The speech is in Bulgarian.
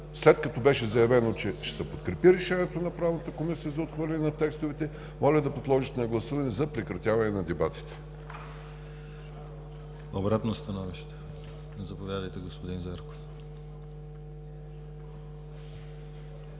след като беше заявено, че ще се подкрепи решението на Правната комисия за отхвърляне на текстовете, моля да подложите на гласуване за прекратяване на дебатите. ПРЕДСЕДАТЕЛ ДИМИТЪР ГЛАВЧЕВ: Обратно становище? Заповядайте, господин Зарков.